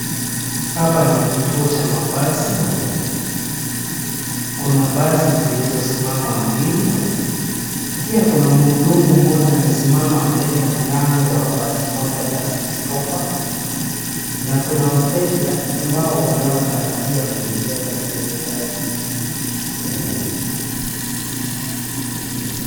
Hapa ni kituo cha mabasi. Kuna basi zilizosimama mbili na pia kuna mhudumu mmoja amesimama mbele ya mlango wa basi moja la citi hoppa na kuna wateja ambao wanaotarajia kuingia katika hio gari.